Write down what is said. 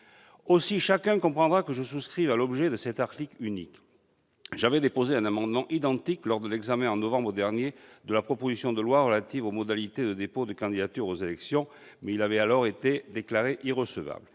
Aussi, chacun comprendra que je souscrive à l'objet de cet article unique. J'avais déposé un amendement identique lors de l'examen, en novembre dernier, de la proposition de loi relative aux modalités de dépôt de candidature aux élections. Toutefois, cet amendement avait alors été déclaré irrecevable.